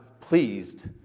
pleased